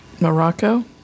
Morocco